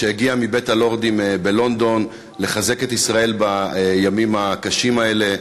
שהגיע מבית-הלורדים בלונדון לחזק את ישראל בימים הקשים האלה.